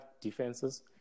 defenses